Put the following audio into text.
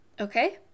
Okay